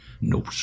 No